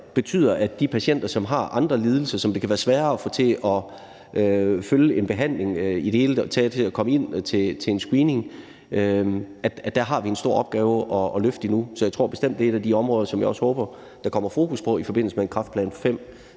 med de patienter, som har andre lidelser, og som det kan være sværere at få til at følge en behandling og til i det hele taget at komme ind til en screening, stadig har en stor opgave at løfte. Så jeg tror og håber bestemt på, at det også er et af de områder, der kommer fokus på i forbindelse med en kræftplan V